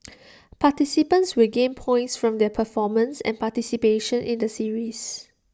participants will gain points from their performance and participation in the series